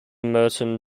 merton